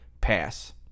Pass